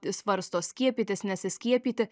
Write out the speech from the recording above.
svarsto skiepytis nesiskiepyti